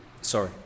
sorry